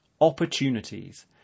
opportunities